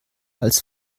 als